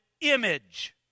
image